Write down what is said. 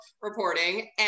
reporting